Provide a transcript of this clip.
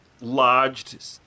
lodged